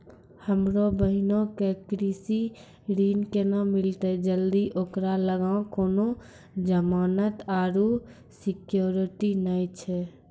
हमरो बहिनो के कृषि ऋण केना मिलतै जदि ओकरा लगां कोनो जमानत आरु सिक्योरिटी नै छै?